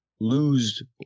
lose